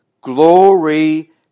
Glory